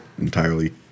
entirely